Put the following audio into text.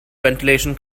ventilation